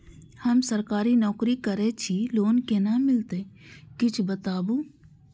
हम सरकारी नौकरी करै छी लोन केना मिलते कीछ बताबु?